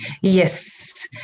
yes